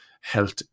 health